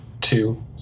two